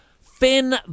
Finn